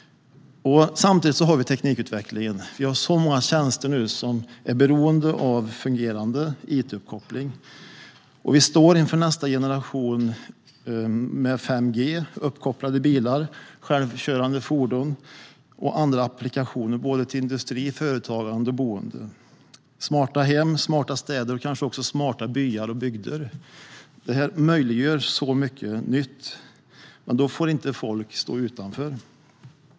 Samtidigt innebär teknikutvecklingen att många tjänster är beroende av fungerande it-uppkoppling. Vi står inför nästa generation med 5G, uppkopplade bilar, självkörande fordon och andra applikationer för såväl industri och företagande som boende - smarta hem, smarta städer och kanske också smarta byar och bygder. Detta möjliggör mycket nytt, men då får inte folk stå utanför.